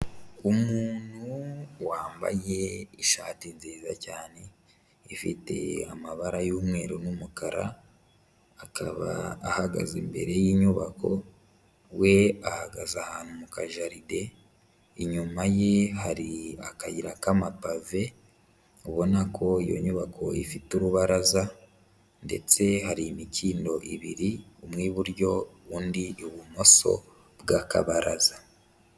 Umuntu wambaye ishati nziza cyane ifite amabara y'umweru n'umukara, akaba ahagaze imbere y'inyubako, we ahagaze ahantu mu kajaride, inyuma ye hari akayira k'amapave ubona ko iyo nyubako ifite urubaraza ndetse hari imikindo ibiri, umwe iburyo, undi ibumoso bw'akabaraza.